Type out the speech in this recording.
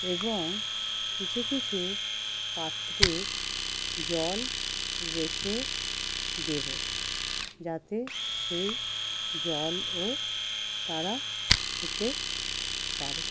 এবং কিছু কিছু পাত্রে জল রেখে দেবো যাতে সেই জলও তারা খেতে পারে